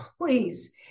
please